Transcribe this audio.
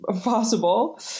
possible